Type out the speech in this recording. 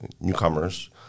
newcomers